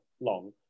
long